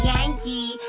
Yankee